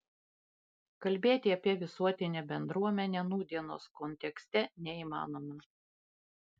kalbėti apie visuotinę bendruomenę nūdienos kontekste neįmanoma